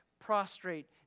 prostrate